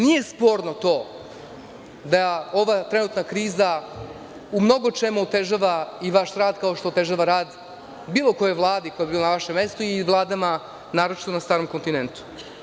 Nije sporno to da ova trenutna kriza u mnogo čemu otežava i vaš rad, kao što otežava rad bilo koje vlade koja bi bila na našem mestu i vladama, naročito na starom kontinentu.